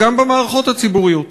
וגם במערכות הציבוריות.